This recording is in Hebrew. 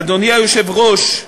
אדוני היושב-ראש,